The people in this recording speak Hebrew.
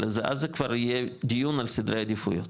אבל אז זה כבר יהיה דיון על סדרי העדיפויות,